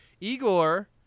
Igor